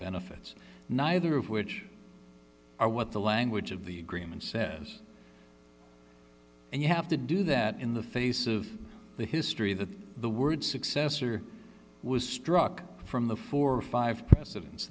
benefits neither of which are what the language of the agreement says and you have to do that in the face of the history that the word successor was struck from the four or five precedents